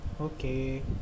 Okay